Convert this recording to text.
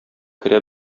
керә